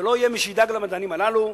ולא יהיה מי שידאג למדענים הללו,